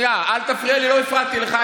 אל תפריע לי, לא הפרעתי לך.